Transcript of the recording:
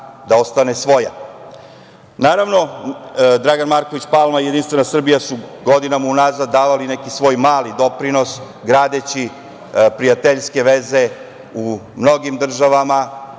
da ostane svoja. Naravno, Dragan Marković Palma i JS su godinama unazad davali neki svoj mali doprinos gradeći prijateljske veze u mnogim državama,